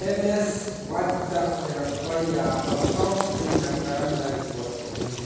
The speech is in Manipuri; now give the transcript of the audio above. ꯑꯦꯝ ꯑꯦꯁ ꯋꯥꯏꯐꯇ ꯑꯣꯏꯔꯛꯄ ꯌꯥꯕ ꯐ꯭ꯔꯣꯗ ꯑꯩꯅ ꯀꯔꯝꯅ ꯔꯤꯄꯣꯔꯠ ꯇꯧꯒꯅꯤ